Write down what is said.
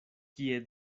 kie